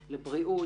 לבריאות,